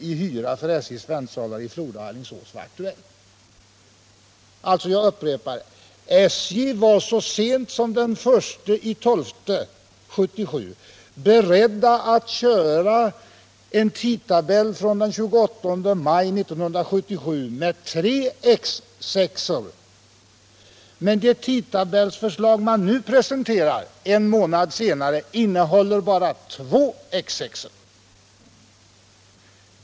i hyra för SJ:s väntsalar i Floda och Alingsås var aktuell. Jag upprepar: SJ var så sent som den 1 december 1977 beredd att köra efter en tidtabell från den 28 maj 1977 med tre X6-or, men den tidtabell man nu, drygt en månad senare, presenterar innehåller bara två X6-or.